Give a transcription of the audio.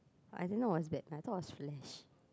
I don't know what's that I thought was Flash